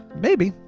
maybe,